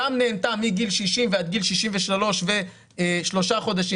גם נהנתה מגיל 60 ועד גיל 63 ושלושה חודשים,